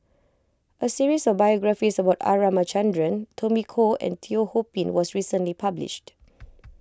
a series of biographies about R Ramachandran Tommy Koh and Teo Ho Pin was recently published